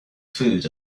food